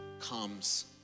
comes